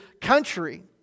country